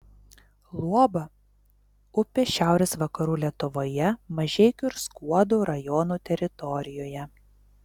luoba upė šiaurės vakarų lietuvoje mažeikių ir skuodo rajonų teritorijoje